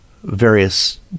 Various